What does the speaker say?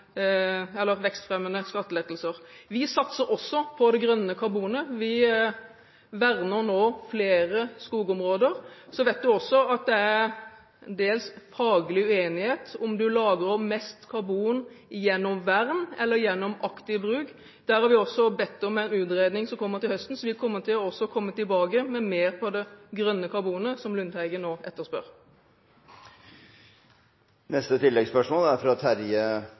vekstfremmende skattelettelser. Vi satser også på det grønne karbonet. Vi verner nå flere skogområder. Så vet vi også at det dels er faglig uenighet om hvorvidt man lagrer mest karbon gjennom vern eller gjennom aktiv bruk. Der har vi også bedt om en utredning som kommer til høsten, så vi vil komme tilbake med mer om det grønne karbonet som Lundteigen nå etterspør.